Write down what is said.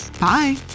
Bye